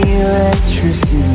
Electricity